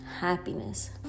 happiness